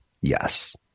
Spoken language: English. Yes